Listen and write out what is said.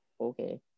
Okay